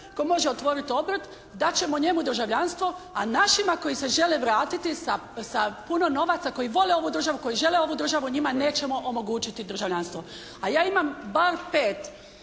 tko može otvoriti obrt, dat ćemo njemu državljanstvo a našima koji se žele vratiti sa puno novaca, koji vole ovu državu, koji žele ovu državu, njima nećemo omogućiti državljanstvo. A ja imam bar pet